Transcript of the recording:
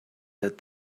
that